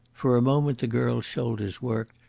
for a moment the girl's shoulders worked,